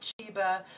Chiba